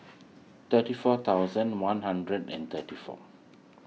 thirty four thousand one hundred and thirty four